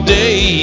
day